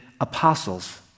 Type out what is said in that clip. apostles